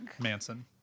manson